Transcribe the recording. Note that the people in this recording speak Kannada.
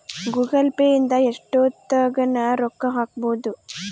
ಗೂಗಲ್ ಪೇ ಇಂದ ಎಷ್ಟೋತ್ತಗನ ರೊಕ್ಕ ಹಕ್ಬೊದು